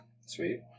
Sweet